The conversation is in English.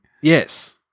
Yes